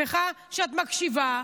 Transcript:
אני שמחה שאת מקשיבה,